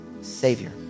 Savior